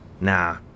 Nah